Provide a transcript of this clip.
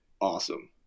awesome